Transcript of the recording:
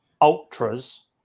ultras